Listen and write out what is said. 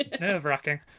nerve-wracking